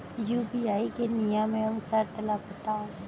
UPI के नियम एवं शर्त ला बतावव